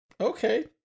okay